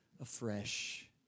afresh